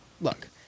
look